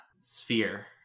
sphere